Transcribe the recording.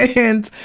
and